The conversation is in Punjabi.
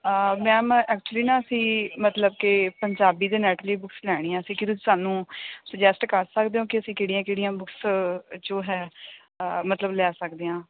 ਮੈਮ ਐਕਚੁਲੀ ਨਾ ਅਸੀਂ ਮਤਲਬ ਕਿ ਪੰਜਾਬੀ ਦੇ ਨੈੱਟ ਦੀ ਬੁੱਕਸ ਲੈਣੀਆਂ ਸੀ ਕੀ ਤੁਸੀਂ ਸਾਨੂੰ ਸੁਜੈਸਟ ਕਰ ਸਕਦੇ ਹੋ ਕਿ ਅਸੀਂ ਕਿਹੜੀਆਂ ਕਿਹੜੀਆਂ ਬੁੱਕਸ ਜੋ ਹੈ ਮਤਲਬ ਲੈ ਸਕਦੇ ਹਾਂ